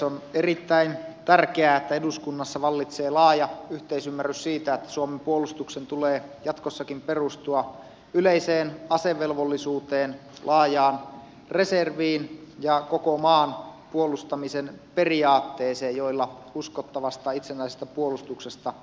on erittäin tärkeää että eduskunnassa vallitsee laaja yhteisymmärrys siitä että suomen puolustuksen tulee jatkossakin perustua yleiseen asevelvollisuuteen laajaan reserviin ja koko maan puolustamisen periaatteeseen joilla uskottavasta ja itsenäisestä puolustuksesta huolehditaan